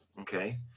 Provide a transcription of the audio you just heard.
Okay